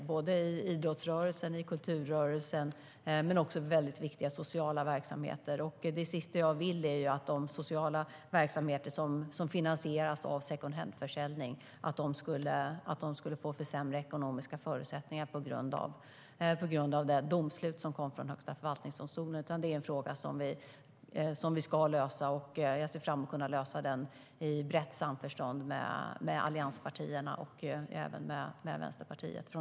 Det gäller i idrottsrörelsen, i kulturrörelsen och också i väldigt viktiga sociala verksamheter. Det sista jag vill är att de sociala verksamheter som finansieras av second hand-försäljning ska få sämre ekonomiska förutsättningar på grund av det domslut som kom från Högsta förvaltningsdomstolen. Det är en fråga som vi ska lösa. Jag ser fram emot att från regeringens sida kunna lösa den i brett samförstånd med allianspartierna och även med Vänsterpartiet.